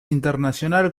internacional